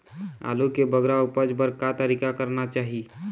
आलू के बगरा उपज बर का तरीका करना चाही?